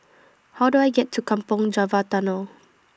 How Do I get to Kampong Java Tunnel